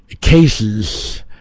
cases